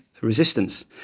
resistance